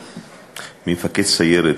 מצופה ממפקד סיירת,